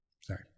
Sorry